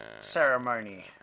ceremony